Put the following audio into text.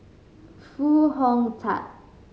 Foo Hong Tatt